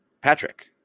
Patrick